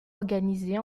organisée